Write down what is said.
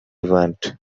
want